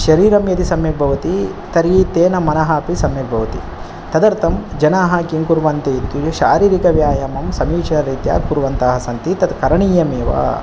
शरीरं यदि सम्यक् भवति तर्हि तेन मनः अपि सम्यक् भवति तदर्थं जनाः किं कुर्वन्ति इत्युक्ते शारीरिकव्यायामं समीचीनरीत्या कुर्वन्तः सन्ति तत् करणीयमेव